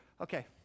Okay